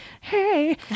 Hey